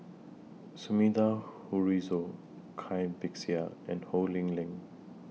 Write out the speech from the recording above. Sumida Haruzo Cai Bixia and Ho Lee Ling